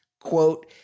Quote